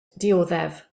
dioddef